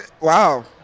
Wow